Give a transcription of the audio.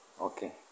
Okay